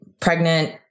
pregnant